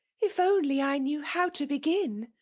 if only i knew how to begin!